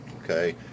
okay